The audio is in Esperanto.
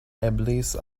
eblis